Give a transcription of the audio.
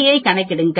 யையும் கணக்கிடுங்கள்